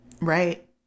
right